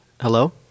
hello